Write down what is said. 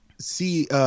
see